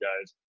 guys